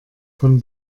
von